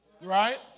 right